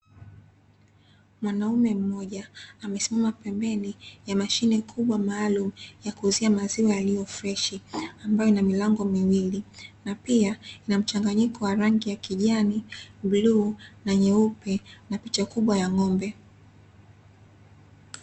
Mwanaume mmoja, amesimama pembeni ya mashine kubwa maalumu ya kuuzia maziwa yaliyo freshi, ambayo ina milango miwili. Na pia inachanganyiko wa rangi ya kijani, blue na nyeupe, na picha kubwa ya ng'ombe.